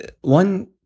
one